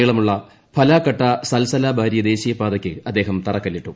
നീളമുള്ള ഫലാകട്ടാ സൽസലാബാരി ദേശീയപാതക്ക് അദ്ദേഹം തറക്കല്പിട്ടു